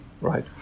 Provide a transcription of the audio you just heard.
right